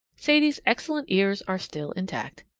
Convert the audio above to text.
sadie's excellent ears are still intact.